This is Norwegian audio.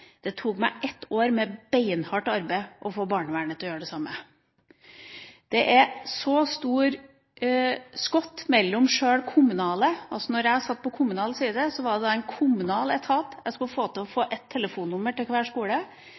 Det tok meg ett år med beinhardt arbeid å få barnevernet til å gjøre det samme. Det er så store skott. Jeg satt på kommunal side, det var en kommunal etat, og jeg skulle få et telefonnummer til hver skole,